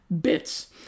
bits